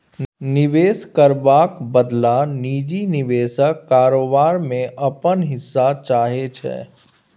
निबेश करबाक बदला निजी निबेशक कारोबार मे अपन हिस्सा चाहै छै